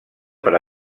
per